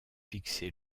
fixé